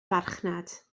farchnad